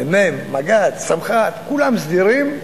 מ"מ, מג"ד, צנחן, כולם סדירים,